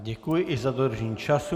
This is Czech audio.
Děkuji i za dodržení času.